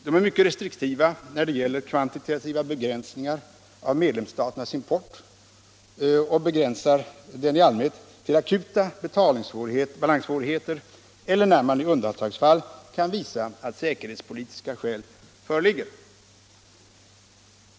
De är mycket restriktiva när det gäller kvantitativa begränsningar av medlemsstaternas import och inskränker dem i allmänhet till akuta betalningsbalanssvårigheter eller när man i undantagsfall kan göra troligt att säkerhetspolitiska skäl föreligger.